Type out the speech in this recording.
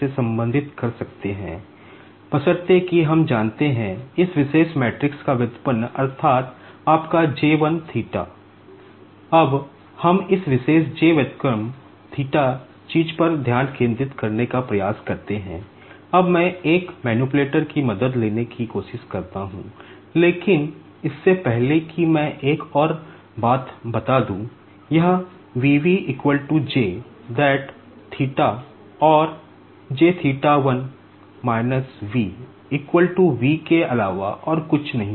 अब हम इस विशेष J व्युत्क्रम V V के अलावा और कुछ नहीं है